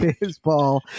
Baseball